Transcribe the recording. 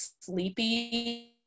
sleepy